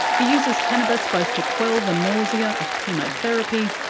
he uses cannabis both to quell the nausea of chemotherapy,